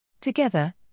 Together